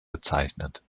bezeichnet